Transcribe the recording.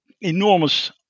enormous